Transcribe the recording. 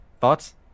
thoughts